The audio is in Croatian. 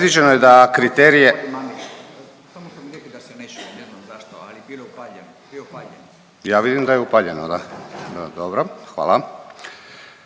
hvala.